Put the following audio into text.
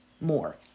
more